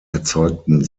erzeugten